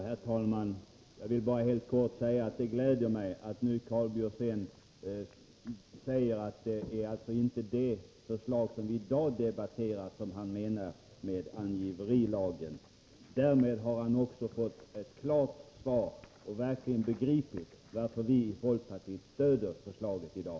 Herr talman! Jag vill helt kort säga att det gläder mig att Karl Björzén nu förklarar att det inte är det förslag som vi i dag diskuterar som han menar med uttrycket angiverilagen. Därmed torde han också begripa varför vi i folkpartiet i dag stöder detta förslag.